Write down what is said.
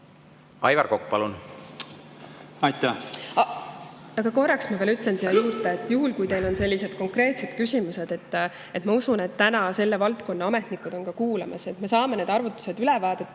kiiresti teeme. Aga korraks ma veel ütlen siia juurde, et juhul kui teil on sellised konkreetsed küsimused, siis ma usun, et täna selle valdkonna ametnikud on ka meid kuulamas, me saame need arvutused üle vaadata